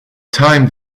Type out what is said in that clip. time